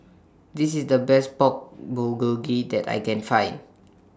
This IS The Best Pork Bulgogi that I Can Find